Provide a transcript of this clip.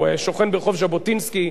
הוא שוכן ברחוב ז'בוטינסקי,